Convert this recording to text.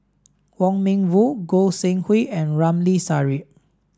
Wong Meng Voon Goi Seng Hui and Ramli Sarip